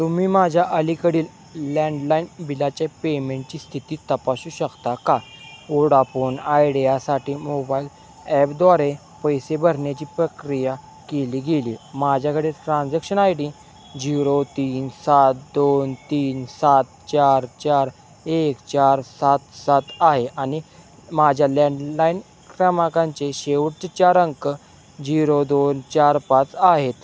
तुम्ही माझ्या अलीकडील लँडलाईन बिलाच्या पेमेंटची स्थिती तपासू शकता का ओडापोन आयडियासाठी मोबाईल ॲपद्वारे पैसे भरण्याची प्रक्रिया केली गेली माझ्याकडे ट्रान्झॅक्शन आय डी झिरो तीन सात दोन तीन सात चार चार एक चार सात सात आहे आणि माझ्या लँडलाईन क्रमाकांचे शेवट चार अंक झिरो दोन चार पाच आहेत